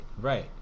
right